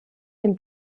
dem